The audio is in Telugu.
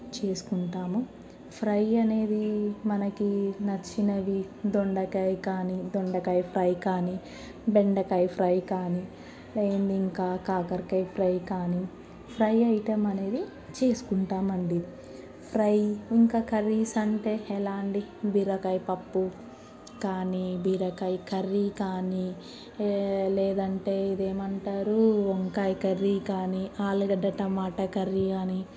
చేసుకుంటాము ఫ్రై అనేది మనకి నచ్చినవి దొండకాయ కానీ దొండకాయ ఫ్రై కానీ బెండకాయ ఫ్రై కానీ నేను ఇంకా కాకరకాయ ఫ్రై కానీ ఫ్రై ఐటమ్ అనేది చేసుకుంటామండి ఫ్రై ఇంకా కర్రీస్ అంటే ఎలాంటి బీరకాయ పప్పు కానీ బీరకాయ కర్రీ కానీ లేదంటే ఇది ఏమంటారు వంకాయ కర్రీ కానీ ఆలుగడ్డ టమాటా కర్రీ అని